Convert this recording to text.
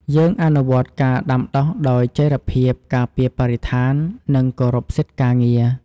យើងអនុវត្តការដាំដុះដោយចីរភាព ការពារបរិស្ថាន និងគោរពសិទ្ធិការងារ។